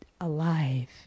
alive